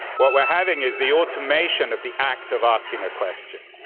what we're having is the automation of the act of asking a question.